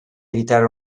evitare